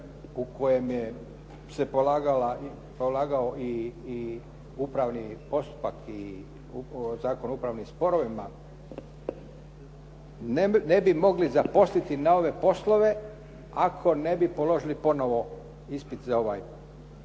u kojem se polagao i Upravni postupak i Zakon o upravnim sporovima ne bi mogli zaposliti na ove poslove ako ne bi položili ponovo ispit za ovaj novi da